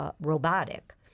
robotic